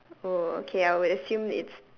oh okay I would assume it's